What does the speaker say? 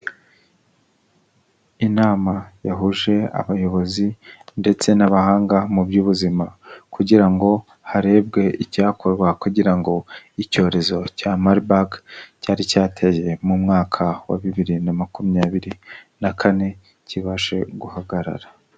Inama yahuje abayobozi, ndetse n'abahanga mu by'ubuzima, kugira ngo harebwe icyakorwa kugira ngo icyorezo cya Marburg cyari cyateye mu mwaka wa bibiri na makumyabiri na kane kibashe guhagarara.